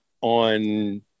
on